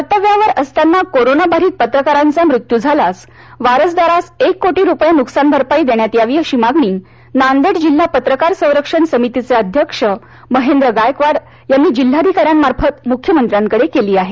कर्तव्यावर असताना कोरोना बाधित पत्रकारांचा मृत्यू झाल्यास वारसदारास एक कोटी रूपये नुकसान भरपाई देण्यात यावी अशी मागणी नांदेड जिल्हा पत्रकार संरक्षण समितीचे अध्यक्ष महेंद्र गायकवाड यांनी जिल्हाधिकाऱ्यांमार्फत म्ख्यमंत्र्यांकडे केली आहे